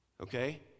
Okay